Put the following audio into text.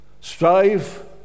Strive